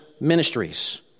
ministries